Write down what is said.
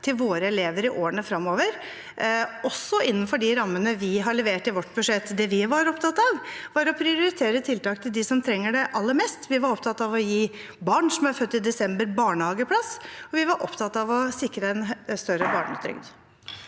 vi har levert i vårt budsjett. Det vi var opptatt av, var å prioritere tiltak til dem som trenger det aller mest. Vi var opptatt av å gi barn som er født i desember, barnehageplass, og vi var opptatt av å sikre en større barnetrygd.